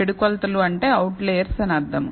చెడు కొలతలు అంటే అవుట్లెర్స్ అని అర్థం